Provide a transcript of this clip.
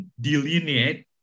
delineate